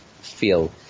feel